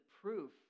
proof